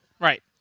Right